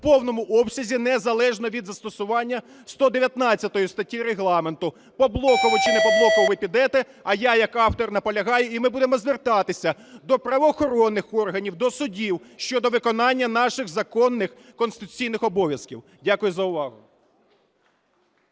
повному обсязі незалежно від застосування 119 статті Регламенту. Поблоково чи не поблоково ви підете, а я як автор наполягаю. І ми будемо звертатися до правоохоронних органів, до судів щодо виконання наших законних конституційних обов'язків. Дякую за увагу.